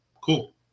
cool